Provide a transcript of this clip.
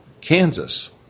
Kansas